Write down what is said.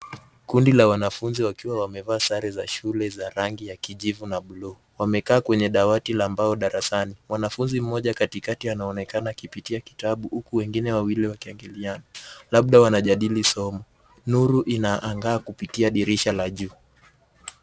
Kundi la wanafunzi wakiwa wamevaa sare za shule za rangi ya kijivu na blue .Wamekaa kwenye dawati la mbao darasani. Mwanafunzi mmoja katikati anaonekana akipitia kitabu huku wengine wawili wakiangaliana .Labda wanajadili somo. Nuru inaangaa kupitia dirisha la juu.